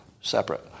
separate